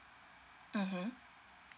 (uh huh)